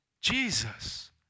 Jesus